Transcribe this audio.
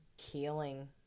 healing